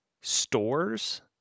stores